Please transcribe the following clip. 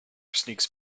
sneaks